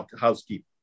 housekeeper